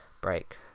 break